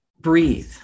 breathe